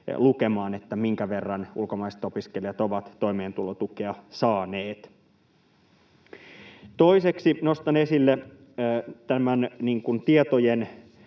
minkä verran ulkomaiset opiskelijat ovat toimeentulotukea saaneet. Toiseksi nostan esille tämän tietojen